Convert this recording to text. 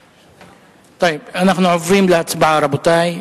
אנחנו עוברים להצבעה, רבותי.